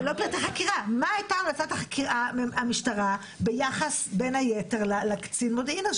מה הייתה המלצת המשטרה ביחס בין היתר לקצין מודיעין הזה?